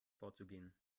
vorzugehen